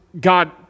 God